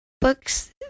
books